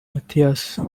mathias